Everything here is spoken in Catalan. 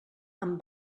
amb